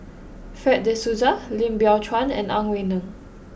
Fred de Souza Lim Biow Chuan and Ang Wei Neng